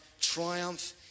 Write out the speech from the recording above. triumph